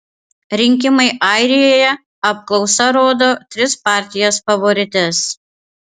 rinkimai airijoje apklausa rodo tris partijas favorites